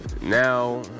Now